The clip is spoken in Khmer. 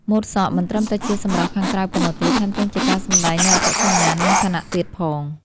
ម៉ូតសក់មិនត្រឹមតែជាសម្រស់ខាងក្រៅប៉ុណ្ណោះទេ ថែមទាំងជាការសម្ដែងនូវអត្តសញ្ញាណ និងឋានៈទៀតផង។